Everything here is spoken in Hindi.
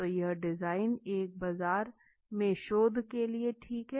तो यह डिजाइन एक बाजार में शोध के लिए ठीक है